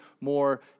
more